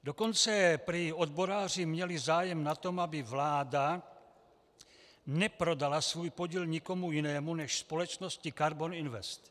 Dokonce prý odboráři měli zájem na tom, aby vláda neprodala svůj podíl nikomu jinému než společnosti Karbon Invest.